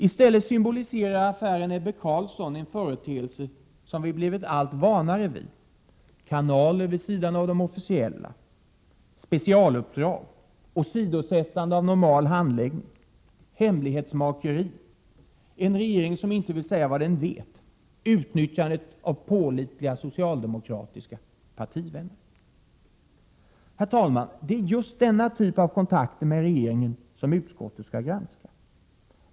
I stället symboliserar affären Ebbe Carlsson en företeelse som vi blivit alltmer vana vid: kanaler vid sidan av de officiella, specialuppdrag, åsidosättande av normal handläggning, hemlighetsmakeri, en regering som inte vill säga vad den vet, utnyttjandet av pålitliga socialdemokratiska partivänner. Herr talman! Det är just denna typ av kontakter med regeringen som utskottet skall granska.